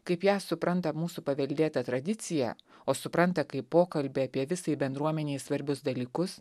kaip ją supranta mūsų paveldėta tradicija o supranta kaip pokalbį apie visai bendruomenei svarbius dalykus